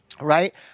right